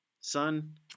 son